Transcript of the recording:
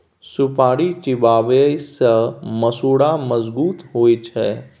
सुपारी चिबाबै सँ मसुरा मजगुत होइ छै